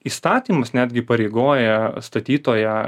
įstatymas netgi įpareigoja statytoją